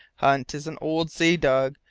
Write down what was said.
hunt is an old sea-dog,